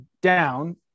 down